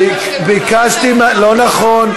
ביקשתי, לא נכון.